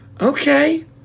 Okay